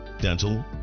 dental